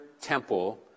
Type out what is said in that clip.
temple